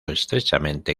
estrechamente